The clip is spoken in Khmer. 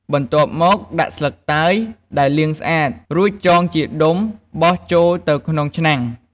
បន្ទាប់មក ដាក់ស្លឹកតើយដែលលាងស្អាត រួចចងជាដុំបោះចូលទៅក្នុងឆ្នាំង។